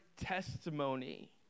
testimony